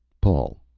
paul,